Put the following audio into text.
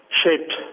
shaped